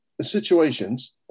situations